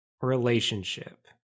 relationship